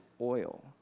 oil